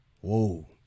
Whoa